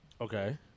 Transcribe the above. Okay